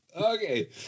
Okay